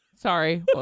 Sorry